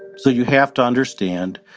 so you have to understand,